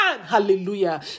hallelujah